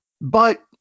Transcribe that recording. But-